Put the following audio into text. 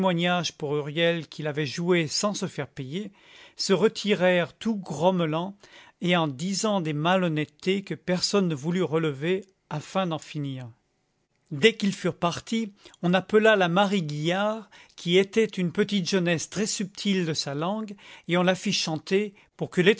huriel qu'il avait joué sans se faire payer se retirèrent tout grommelants et en disant des malhonnêtetés que personne ne voulut relever afin d'en finir dès qu'ils furent partis on appela la marie guillard qui était une petite jeunesse très subtile de sa langue et on la fit chanter pour que